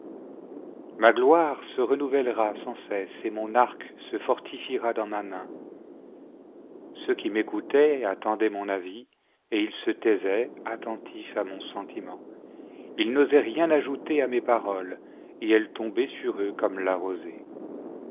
jla gloire se renouvellera sans cesse et mon arc se fortifiera dans ma main ce qui m'écoutaient attendaient mon avis et ils se taisaient attentifs à mon sentiment il n'osait rien ajouter à mes paroles et elles tombaient sur eux comme la rosée